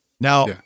Now